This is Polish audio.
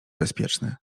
bezpieczny